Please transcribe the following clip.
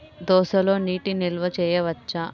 దోసలో నీటి నిల్వ చేయవచ్చా?